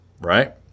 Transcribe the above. Right